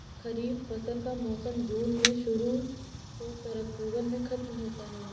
खरीफ फसल का मौसम जून में शुरू हो कर अक्टूबर में ख़त्म होता है